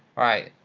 right,